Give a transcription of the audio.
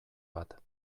bat